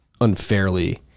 unfairly